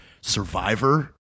Survivor